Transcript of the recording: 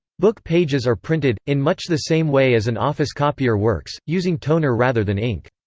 book pages are printed, in much the same way as an office copier works, using toner rather than ink.